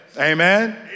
Amen